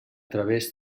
través